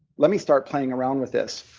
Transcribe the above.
let me start paying around with this.